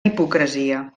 hipocresia